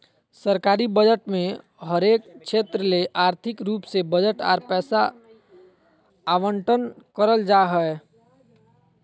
सरकारी बजट मे हरेक क्षेत्र ले आर्थिक रूप से बजट आर पैसा आवंटन करल जा हय